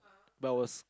but it was